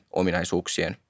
ominaisuuksien